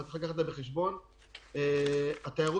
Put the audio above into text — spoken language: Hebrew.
אבל צריך להביא בחשבון שבעיר טבריה התיירות